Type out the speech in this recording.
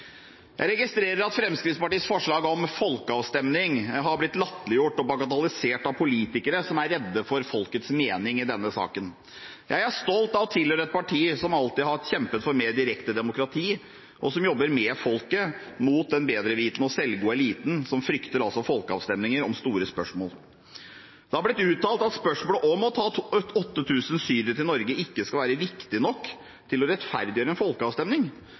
Jeg registrerer at Fremskrittspartiets forslag om folkeavstemning har blitt latterliggjort og bagatellisert av politikere som er redde for folkets mening i denne saken. Jeg er stolt av å tilhøre et parti som alltid har kjempet for mer direkte demokrati, og som jobber med folket og mot den bedrevitende og selvgode eliten som frykter folkeavstemninger om store spørsmål. Det har blitt uttalt at spørsmålet om å ta 8 000 syrere til Norge ikke skal være viktig nok til å rettferdiggjøre en folkeavstemning.